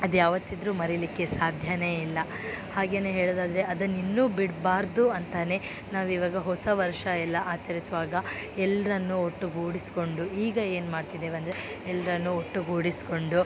ಅದು ಯಾವತಿದ್ದರು ಮರಿಲಿಕ್ಕೆ ಸಾಧ್ಯವೇ ಇಲ್ಲ ಹಾಗೆಯೇ ಹೇಳೋದಾದರೆ ಅದನ್ನು ಇನ್ನೂ ಬಿಡಬಾರ್ದು ಅಂತಲೇ ನಾವು ಇವಾಗ ಹೊಸ ವರ್ಷ ಎಲ್ಲ ಆಚರಿಸುವಾಗ ಎಲ್ಲರನ್ನು ಒಟ್ಟುಗೂಡಿಸಿಕೊಂಡು ಈಗ ಏನು ಮಾಡ್ತಿದ್ದೇವೆ ಅಂದರೆ ಎಲ್ಲರನ್ನು ಒಟ್ಟುಗೂಡಿಸಿಕೊಂಡು